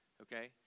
okay